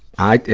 i,